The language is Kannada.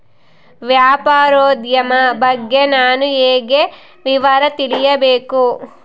ವ್ಯಾಪಾರೋದ್ಯಮ ಬಗ್ಗೆ ನಾನು ಹೇಗೆ ವಿವರ ತಿಳಿಯಬೇಕು?